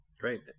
Great